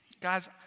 Guys